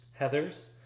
Heathers